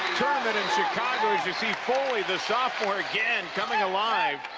tournament in chicago foley the sophomore again, coming alive.